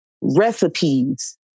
Recipes